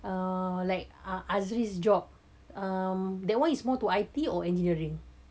uh like ah azri's job um that one is more to I_T or engineering